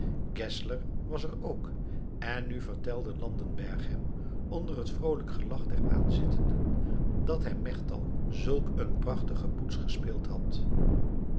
was er ook en nu vertelde landenberg hem onder het vroolijk gelach der aanzittenden dat hij melchtal zulk eene prachtige poets gespeeld had